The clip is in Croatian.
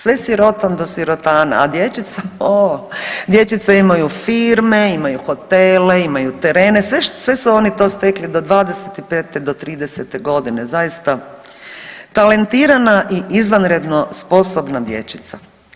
Sve sirotan do sirotana, a dječica oo, dječica imaju firme, imaju hotele, imaju terene sve su oni to stekli do 25. do 30. godine, zaista talentirana i izvanredno sposobna dječica.